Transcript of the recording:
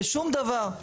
בשום דבר.